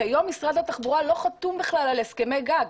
לא חתום בכלל על הסכמי גג.